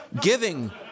giving